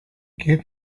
give